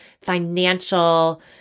financial